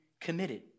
committed